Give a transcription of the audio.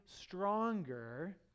stronger